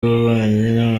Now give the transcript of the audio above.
w’ububanyi